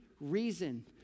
reason